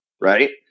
right